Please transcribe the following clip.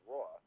Raw